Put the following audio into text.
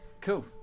Cool